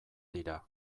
dira